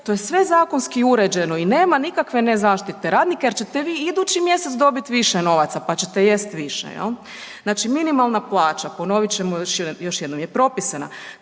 to je sve zakonski uređeno i nema nikakve nezaštite radnika jer ćete vi idući mjesec dobit više novaca, pa ćete jest više, jel. Znači minimalna plaća, ponovit ćemo još jednom, je propisana